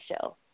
show